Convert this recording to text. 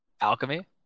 Alchemy